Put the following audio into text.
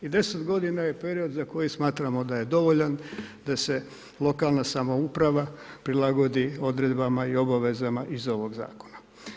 I 10 godina je period za koji smatramo da je dovoljan da se lokalna samouprava prilagodi odredbama i obavezama iz ovog zakona.